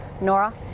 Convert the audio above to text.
Nora